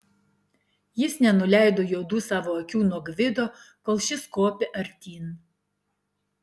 jis nenuleido juodų savo akių nuo gvido kol šis kopė artyn